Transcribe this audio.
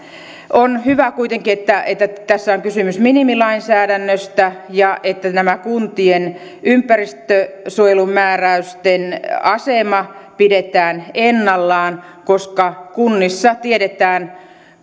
on hyvä kuitenkin että tässä on kysymys minimilainsäädännöstä ja että tämä kuntien ympäristönsuojelumääräysten asema pidetään ennallaan koska kunnissa tiedetään